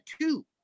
two